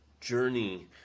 journey